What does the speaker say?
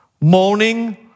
Moaning